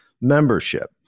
membership